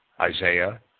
Isaiah